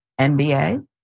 NBA